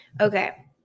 Okay